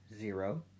zero